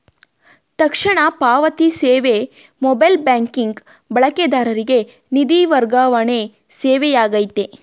ತಕ್ಷಣ ಪಾವತಿ ಸೇವೆ ಮೊಬೈಲ್ ಬ್ಯಾಂಕಿಂಗ್ ಬಳಕೆದಾರರಿಗೆ ನಿಧಿ ವರ್ಗಾವಣೆ ಸೇವೆಯಾಗೈತೆ